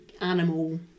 animal